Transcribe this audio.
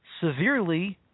severely